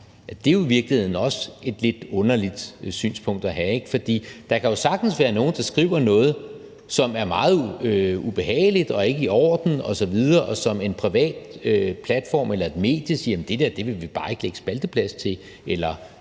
det er jo i virkeligheden også et lidt underligt synspunkt at have, for der kan jo sagtens være nogen, der skriver noget, som er meget ubehageligt og ikke i orden osv., og som en privat platform eller et medie siger at de ikke vil lægge spalteplads til eller